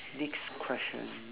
next question